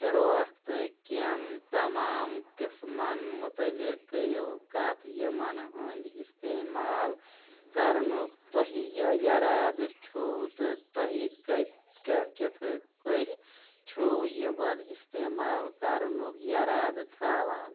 فِروختہٕ کؠن تَمام قٕسمَن مُتعلِق کٔرِو کَتھ یِمن ہٕنٛدۍ اِستعمال کرنُک تۄہہِ یَرادٕ چھُو تہٕ تۄہہِ کتہِ کِتھٕ کٔنۍ چھِو یِمن اِستعمال کرنُک یَرادٕ تھاوان